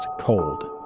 Cold